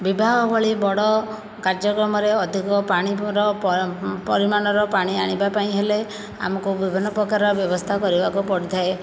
ବିବାହ ଭଳି ବଡ଼ କାର୍ଯ୍ୟକ୍ରମରେ ଅଧିକ ପାଣି ପରିମାଣର ପାଣି ଆଣିବା ପାଇଁ ହେଲେ ଆମକୁ ବିଭିନ୍ନ ପ୍ରକାରର ବ୍ୟବସ୍ତା କରିବାକୁ ପଡ଼ିଥାଏ